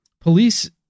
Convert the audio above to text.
police